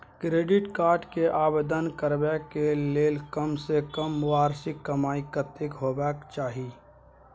Credit card के आवेदन करबैक के लेल कम से कम वार्षिक कमाई कत्ते होबाक चाही?